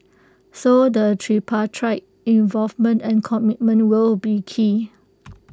so the tripartite involvement and commitment will be key